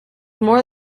more